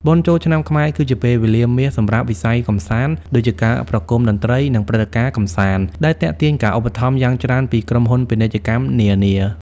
បុណ្យចូលឆ្នាំខ្មែរគឺជាពេលវេលាមាសសម្រាប់វិស័យកម្សាន្ត ដូចជាការប្រគំតន្ត្រី និងព្រឹត្តិការណ៍សង្ក្រាន្ត ដែលទាក់ទាញការឧបត្ថម្ភយ៉ាងច្រើនពីក្រុមហ៊ុនពាណិជ្ជកម្មនានា។